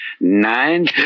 nine